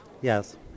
Yes